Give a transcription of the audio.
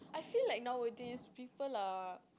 feel like not worth this people lah